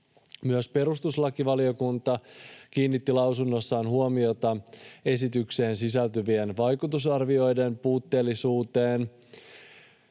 Myös perustuslakivaliokunta kiinnitti lausunnossaan huomiota esitykseen sisältyvien vaikutusarvioiden puutteellisuuteen.